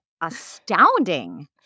astounding